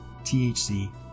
THC